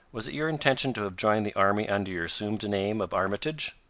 was it your intention to have joined the army under your assumed name of armitage?